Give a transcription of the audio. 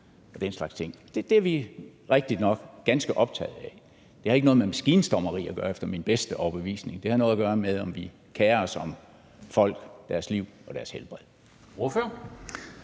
og den slags ting. Det er vi rigtigt nok ganske optaget af. Det har ikke noget med maskinstormeri at gøre efter min bedste overbevisning; det har noget at gøre med, om vi kerer os om folk og deres liv og helbred.